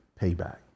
payback